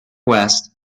west